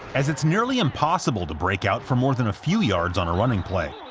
as it's nearly impossible to break out for more than a few yards on a running play.